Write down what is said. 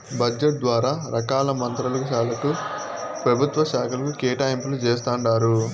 budget ద్వారా రకాల మంత్రుల శాలకు, పెభుత్వ శాకలకు కేటాయింపులు జేస్తండారు